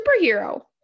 superhero